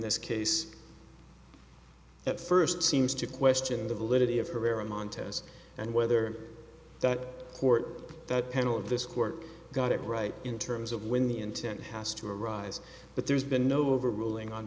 this case at st seems to question the validity of herrera montanas and whether that court that panel of this court got it right in terms of when the intent has to arise but there's been no overt ruling on